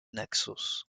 naxos